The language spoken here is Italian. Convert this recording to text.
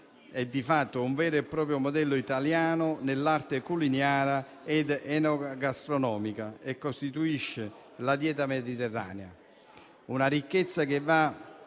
è di fatto un vero e proprio modello italiano nell'arte culinaria ed enogastronomica e costituisce la dieta mediterranea. Una ricchezza che va